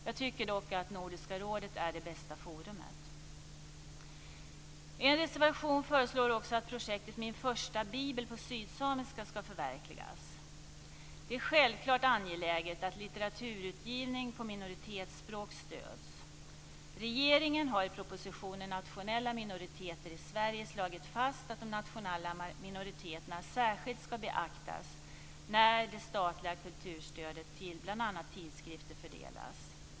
Jag tycker dock att Nordiska rådet är det bästa forumet. I en reservation föreslås att projektet Min första bibel på sydsamiska ska förverkligas. Det är självklart angeläget att litteraturutgivning på minoritetsspråk stöds. Regeringen har i propositionen Nationella minoriteter i Sverige slagit fast att de nationella minoriteterna särskilt ska beaktas när det statliga kulturstödet till bl.a. tidskrifter fördelas.